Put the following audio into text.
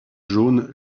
jaune